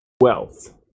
wealth